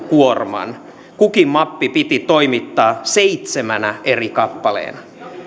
kuorman kukin mappi piti toimittaa seitsemänä eri kappaleena